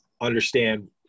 understand